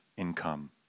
income